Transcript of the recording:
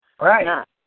Right